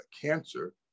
cancer